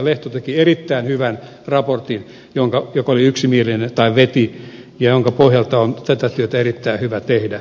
lehto veti erittäin hyvän raportin joka oli yksimielinen ja jonka pohjalta on tätä työtä erittäin hyvä tehdä